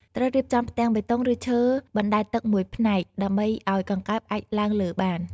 ត្រូវរៀបចំផ្ទាំងបេតុង ឬឈើបណ្ដែតទឹកមួយផ្នែក ដើម្បីឲ្យកង្កែបអាចឡើងលើបាន។